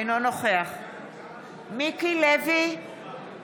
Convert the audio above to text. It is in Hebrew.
אינו נוכח מיקי לוי, בעד אורלי לוי אבקסיס,